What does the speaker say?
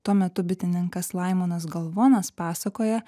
tuo metu bitininkas laimonas galvonas pasakoja